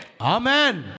Amen